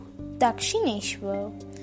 Dakshineshwar